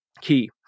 key